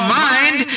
mind